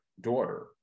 daughter